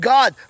God